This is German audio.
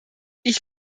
ich